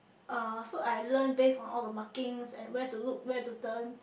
uh so I learn based on all the markings and where to look where to turn